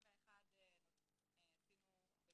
התחלנו לקבל